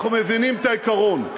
אנחנו מבינים את העיקרון.